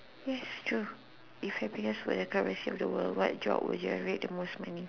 yes true if happiness were the currency of the world what job would make the most money